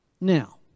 Now